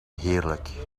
heerlijk